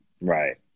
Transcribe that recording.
Right